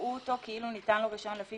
יראו אותו כאילו ניתן לו רישיון לפי